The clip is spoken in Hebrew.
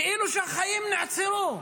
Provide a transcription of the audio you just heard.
כאילו שהחיים נעצרו.